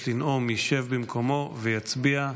הכנסת, בבקשה.